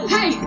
Hey